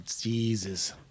Jesus